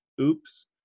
oops